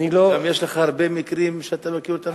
גם יש לך הרבה מקרים שאתה מכיר אותם אישית.